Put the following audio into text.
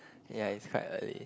ya it's quite early